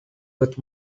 with